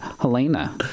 Helena